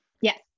Yes